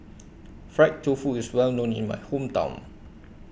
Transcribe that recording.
Fried Tofu IS Well known in My Hometown